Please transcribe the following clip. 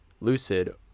Lucid